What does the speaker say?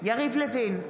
יריב לוין,